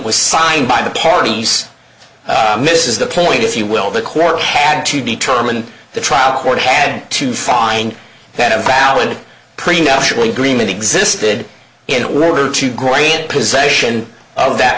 was signed by the parties this is the point if you will the court had to be term and the trial court had to find that a valid prenuptial agreement existed in order to great possession of that